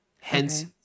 hence